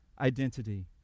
identity